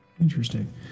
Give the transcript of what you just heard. Interesting